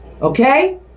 Okay